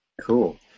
cool